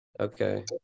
Okay